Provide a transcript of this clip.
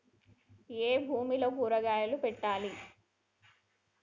ఏ భూమిలో కూరగాయలు పెట్టాలి?